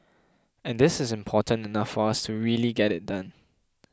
and this is important enough for us to really get it done